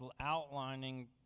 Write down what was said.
outlining